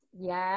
Yes